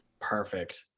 Perfect